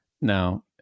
Now